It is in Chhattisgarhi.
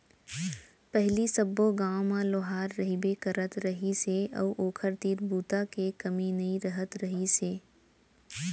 पहिली सब्बो गाँव म लोहार रहिबे करत रहिस हे अउ ओखर तीर बूता के कमी नइ रहत रहिस हे